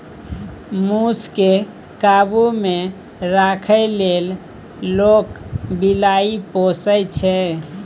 मुस केँ काबु मे राखै लेल लोक बिलाइ पोसय छै